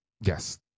Yes